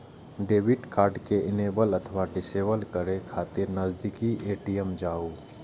debit card कें enable अथवा disable करै खातिर नजदीकी ए.टी.एम जाउ